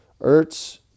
Ertz